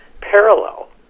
parallel